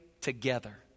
together